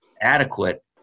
adequate